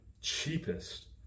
cheapest